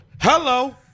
Hello